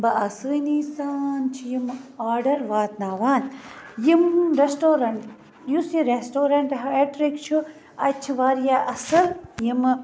با آسٲنی سان چھِ یِم آڈَر واتناوان یِم ریٚسٹورنٹ یُس یہِ ریٚسٹورنٹ ہیٹرِک چھُ اَتہِ چھِ واریاہ اصل یِمہٕ